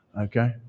Okay